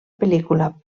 pel·lícula